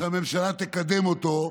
שהממשלה תקדם אותו,